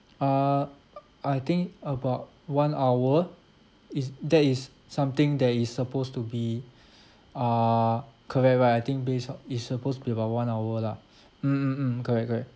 uh I think about one hour is that is something that is supposed to be uh correct right I think based on it's supposed to be about one hour lah mm mm mm correct correct